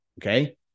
okay